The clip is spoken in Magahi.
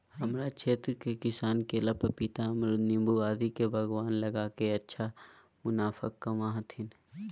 हमरा क्षेत्र के किसान केला, पपीता, अमरूद नींबू आदि के बागान लगा के अच्छा मुनाफा कमा हथीन